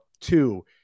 Two